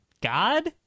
God